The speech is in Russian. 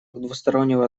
двустороннего